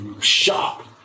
shop